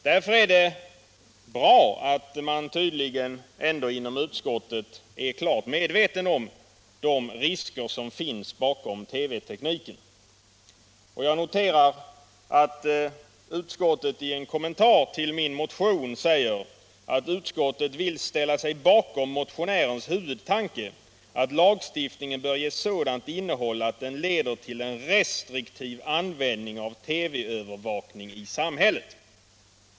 Därför är det bra att man tydligen inom utskottet ändå är klart medveten om de risker som finns bakom TV-tekniken. Jag noterar att ut skottet i en kommentar till min motion säger sig vilja ”ställa sig bakom motionärens huvudtanke, att lagstiftningen bör ges sådant innehåll att den leder till en restriktiv användning av TV-övervakning i samhället”.